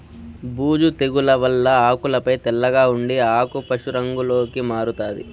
బూజు తెగుల వల్ల ఆకులపై తెల్లగా ఉండి ఆకు పశు రంగులోకి మారుతాది